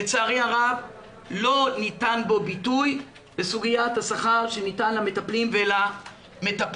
לצערי הרב לא ניתן בו ביטוי בסוגיית השכר שניתן למטפלים ולמטפלות,